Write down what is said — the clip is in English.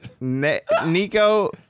Nico